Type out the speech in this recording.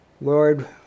Lord